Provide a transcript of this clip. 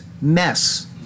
mess